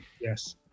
yes